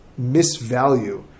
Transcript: misvalue